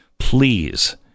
Please